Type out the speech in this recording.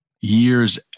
years